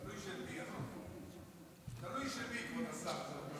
תלוי של מי, כבוד השר.